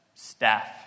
Staff